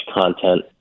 content